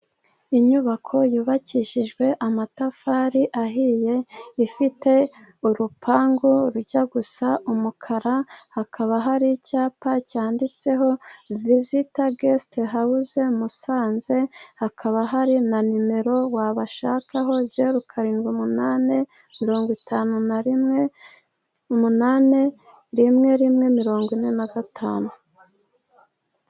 Inyubako yubakishijwe amatafari ahiye, ifite urupangu rujya gusa umukara. Hakaba hari icyapa cyanditseho visita gesite hawuze Musanze. Hakaba hari na nimero wabashakaho zeru, karindwi, umunani, mirongo itanu na rimwe, umunani, rimwe rimwe, mirongo ine na gatanu.